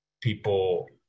people